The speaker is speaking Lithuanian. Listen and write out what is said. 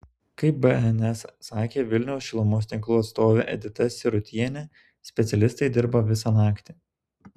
kaip bns sakė vilniaus šilumos tinklų atstovė edita sirutienė specialistai dirbo visą naktį